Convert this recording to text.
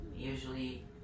usually